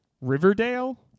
Riverdale